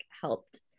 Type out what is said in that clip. helped